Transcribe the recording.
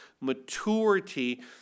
maturity